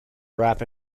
rap